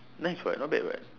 nice [what] not bad [what]